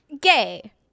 Gay